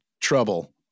trouble